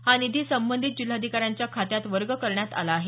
हा निधी संबंधित जिल्हाधिकाऱ्यांच्या खात्यात वर्ग करण्यात आला आहे